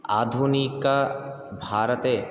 आधुनिकभारते